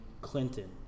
Clinton